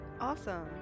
Awesome